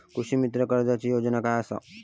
कृषीमित्र कर्जाची योजना काय असा?